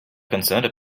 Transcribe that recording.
concerned